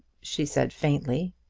she said, faintly.